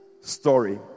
story